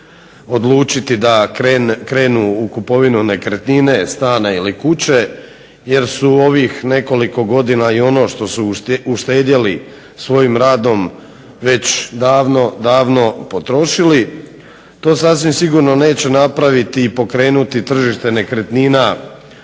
odlučiti da krenu u kupovinu nekretnine, stana ili kuće jer su ovih nekoliko godina i ono što su uštedjeli svojim radom već davno, davno potrošili. To sasvim sigurno neće popraviti i pokrenuti tržište nekretnina